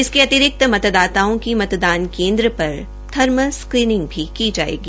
इसके अतिरिक्त मतदाताओं की मतदान केन्द्र पर थर्मल स्कैंनिंग भी की जाएगी